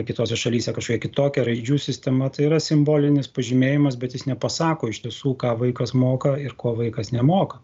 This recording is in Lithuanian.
kitose šalyse kažkokia kitokia raidžių sistema tai yra simbolinis pažymėjimas bet jis nepasako iš tiesų ką vaikas moka ir ko vaikas nemoka